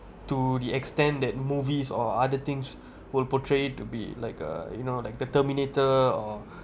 to the extent that movies or other things will portrayed to be like a you know like the terminator or